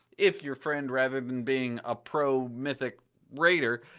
if your friend rather than being a pro mythic raider,